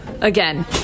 again